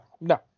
no